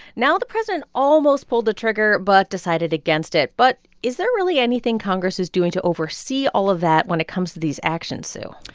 now the president almost pulled the trigger but decided against it. but is there really anything congress is doing to oversee all of that, when it comes to these actions, sue?